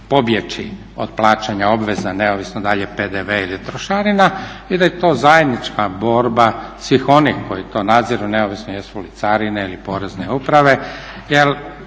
pobjeći od plaćanja obveza neovisno da li je PDV ili je trošarina i da je to zajednička borba svih onih koji to nadziru neovisno jesu li carine ili porene uprave, jer